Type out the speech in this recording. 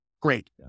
great